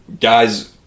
guys